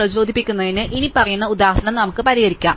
പ്രചോദിപ്പിക്കുന്നതിന് ഇനിപ്പറയുന്ന ഉദാഹരണം നമുക്ക് പരിഗണിക്കാം